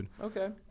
Okay